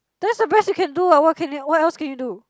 that's the best you can do ah what can what else can you do